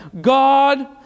God